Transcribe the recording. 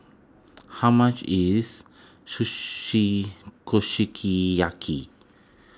how much is Kushiki Yaki